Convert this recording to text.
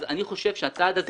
אז אני חושב שהצעד הזה